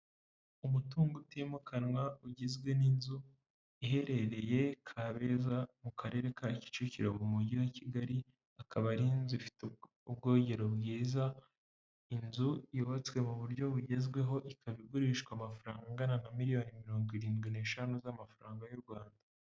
Umutungo utimukanwa ugizwe n'inzu, iherereye Kabeza, mu karere ka Kicukiro, mu mujyi wa Kigali, akaba ari inzu ifite ubwogero bwiza, inzu yubatswe mu buryo bugezweho, ikaba igurishwa amafaranga angana na miliyoni mirongo irindwi n'eshanu z'amafaranga y'u Rwanda.